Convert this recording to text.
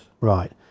Right